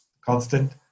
constant